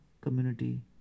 community